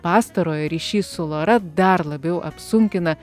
pastarojo ryšys su lora dar labiau apsunkina